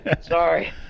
sorry